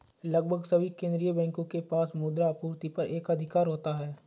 लगभग सभी केंदीय बैंकों के पास मुद्रा आपूर्ति पर एकाधिकार होता है